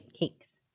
cakes